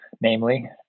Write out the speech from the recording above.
namely